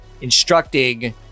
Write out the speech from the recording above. instructing